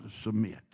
submit